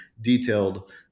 detailed